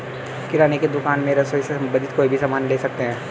किराने की दुकान में रसोई से संबंधित कोई भी सामान ले सकते हैं